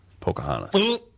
Pocahontas